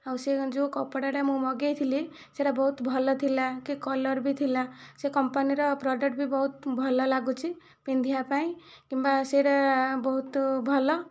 ଆଉ ସେ ଯେଉଁ କପଡ଼ାଟା ମୁଁ ମଗାଇଥିଲି ସେଟା ବହୁତ ଭଲ ଥିଲା କି କଲର ବି ଥିଲା ସେ କମ୍ପାନୀର ପ୍ରଡକ୍ଟ ବି ବହୁତ ଭଲ ଲାଗୁଛି ପିନ୍ଧିବା ପାଇଁ କିମ୍ବା ସେଇଟା ବହୁତ ଭଲ